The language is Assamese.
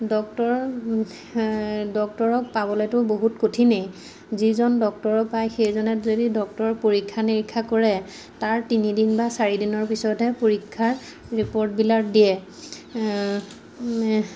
ডক্টৰ ডক্তৰক পাবলেতো বহুত কঠিনেই যিজন ডক্তৰো পায় সেইজনে যদি ডক্টৰৰ পৰীক্ষা নিৰীক্ষা কৰে তাৰ তিনিদিন বা চাৰিদিনৰ পিছতহে পৰীক্ষাৰ ৰিপৰ্টবিলাক দিয়ে